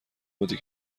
بوده